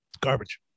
Garbage